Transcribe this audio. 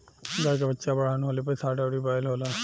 गाय के बच्चा बड़हन होले पर सांड अउरी बैल होला